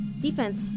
defense